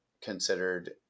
considered